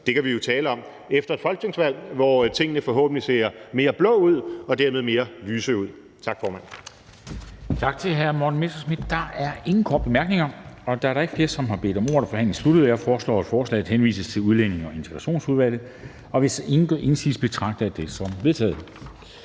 kan vi jo tale om efter et folketingsvalg, hvor tingene forhåbentlig ser mere blå ud og dermed mere lyse ud. Tak, formand.